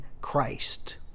Christ